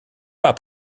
pas